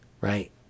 right